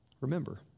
Remember